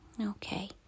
Okay